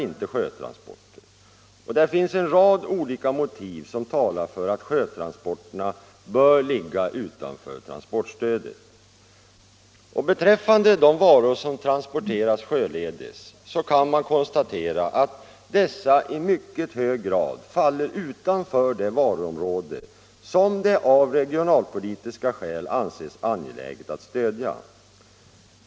Det finns en rad olika motiv som talar för att sjötransporterna bör ligga utanför transportstödet. Beträffande de varor som transporteras sjöledes kan man konstatera att dessa i mycket hög grad faller utanför det varuområde som det av regionalpolitiska skäl ansetts angeläget att stödja.